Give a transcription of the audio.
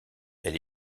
elle